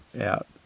out